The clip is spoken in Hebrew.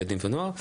ילדים ונוער.